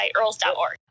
Earls.org